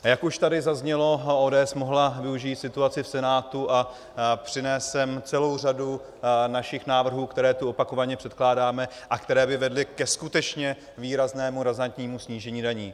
Jak už tady zaznělo, ODS mohla využít situaci v Senátu a přinést sem celou řadu našich návrhů, které tu opakovaně předkládáme a které by vedly ke skutečně výraznému, razantnímu snížení daní.